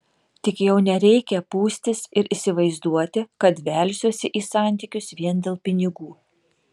tik jau nereikia pūstis ir įsivaizduoti kad velsiuosi į santykius vien dėl pinigų